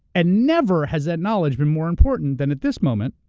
and never has that knowledge been more important than at this moment,